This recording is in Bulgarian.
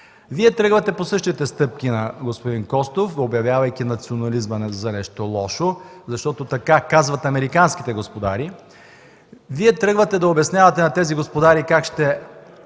Вие тръгвате по същите стъпки – на господин Костов, обявявайки национализма за нещо лошо, защото така казват американските господари. Тръгвате да обяснявате на тези господари как ще